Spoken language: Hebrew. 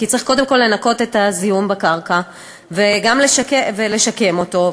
כי צריך קודם כול לנקות את הקרקע ולשקם אותה,